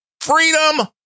freedom